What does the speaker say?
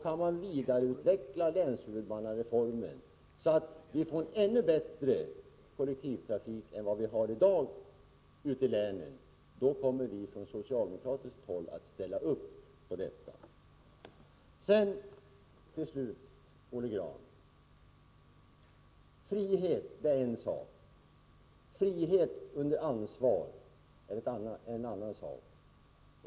Kan man vidareutveckla reformen så att vi får en ännu bättre kollektivtrafik än vad vi i dag har, då kommer vi från socialdemokratiskt håll att ställa upp för det. Till slut till Olle Grahn. Frihet är en sak. Frihet under ansvar är en annan sak.